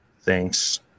Thanks